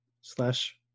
slash